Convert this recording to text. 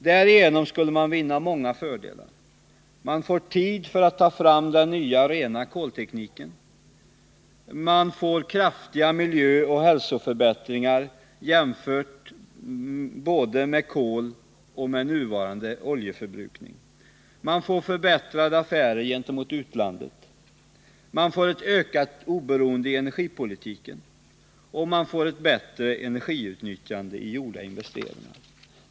Därigenom skulle man vinna många fördelar: Man skulle få tid på sig för att ta fram den nya rena koltekniken. Man skulle få kraftiga förbättringar när det gäller miljö och hälsa jämfört både med användningen av kol och med nuvarande oljeförbrukning. Man skulle få förbättringar i affärerna gentemot utlandet. Man skulle få ett ökat oberoende i energipolitiken och man skulle få ett bättre energiutnyttjande när det gäller gjorda investeringar.